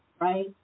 right